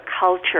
culture